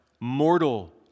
Mortal